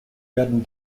werden